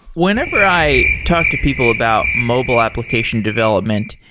whenever i talk to people about mobile application development,